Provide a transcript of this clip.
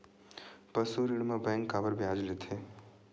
पशु ऋण म बैंक काबर ब्याज लेथे?